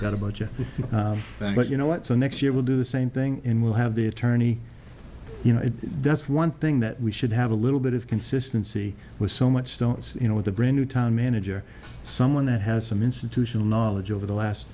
got a budget that you know what so next year we'll do the same thing in we'll have the attorney you know that's one thing that we should have a little bit of consistency with so much don't you know with a brand new town manager someone that has some institutional knowledge over the last